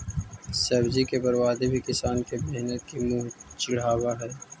सब्जी के बर्बादी भी किसान के मेहनत के मुँह चिढ़ावऽ हइ